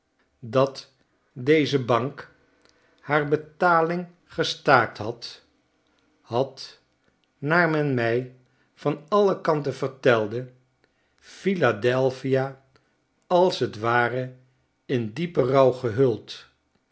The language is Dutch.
dat deze bank haar betaling gestaakt had had naar men mij van alle kanten vertelde philadelphia als t ware in diepen rouw gehuld